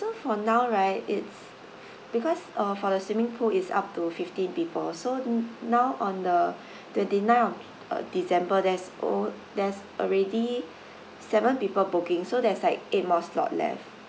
so for now right it's because uh for the swimming pool is up to fifteen people so mm now on the twenty nine of uh december there's al~ there's already seven people booking so there's like eight more slot left